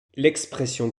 l’expression